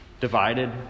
divided